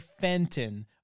Fenton